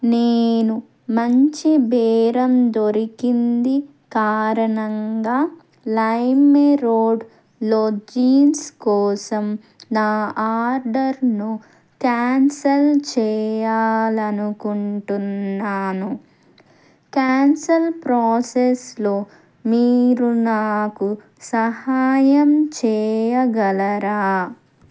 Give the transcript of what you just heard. నేను మంచి బేరం దొరికింది కారణంగా లైమ్రోడ్లో జీన్స్ కోసం నా ఆర్డర్ను క్యాన్సల్ చేయాలనుకుంటున్నాను క్యాన్సల్ ప్రాసెస్లో మీరు నాకు సహాయం చేయగలరా